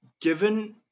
given